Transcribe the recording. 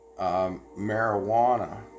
Marijuana